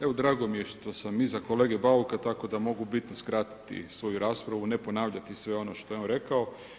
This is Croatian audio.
Evo drago mi je što iza kolege Bauka tako da mogu u biti skratiti svoju raspravu, ne ponavljati sve ono što je on rekao.